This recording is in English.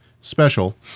special